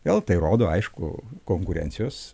gal tai rodo aiškų konkurencijos